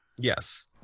Yes